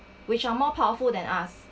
which are more powerful than us